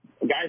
Guys